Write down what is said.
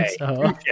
Okay